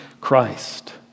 Christ